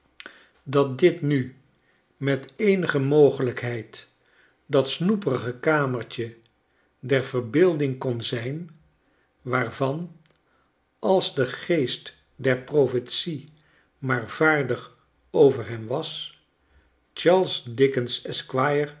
dat dit nu met eenige mogelijkheid dat snoeperige kamertje der verbeelding kon zijn waarvan als de geest der profetie maar vaardig over hem was charles dickens